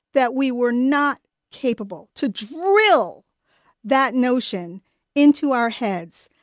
that we were not capable to drill that notion into our heads.